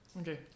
Okay